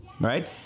right